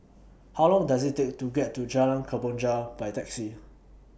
How Long Does IT Take to get to Jalan Kemboja By Taxi